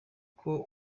uko